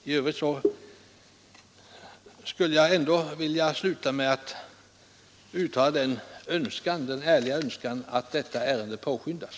I övrigt skulle jag vilja sluta med att uttala den ärliga önskan att detta ärende påskyndas.